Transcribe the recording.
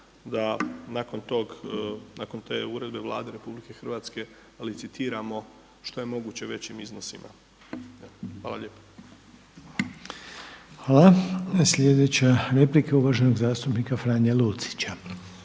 da nakon tog, nakon te uredbe Vlade RH licitiramo što je moguće većim iznosima. Hvala lijepa. **Reiner, Željko (HDZ)** Hvala. Sljedeća replika je uvaženog zastupnika Franje Lucića.